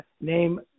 name